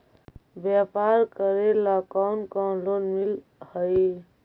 व्यापार करेला कौन कौन लोन मिल हइ?